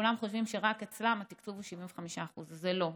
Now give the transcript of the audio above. כולם חושבים שרק אצלם התקצוב הוא 75%. אז לא,